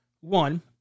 One